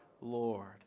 Lord